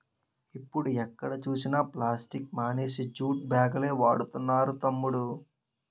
ఇప్పుడు ఎక్కడ చూసినా ప్లాస్టిక్ మానేసి జూట్ బాగులే వాడుతున్నారు తమ్ముడూ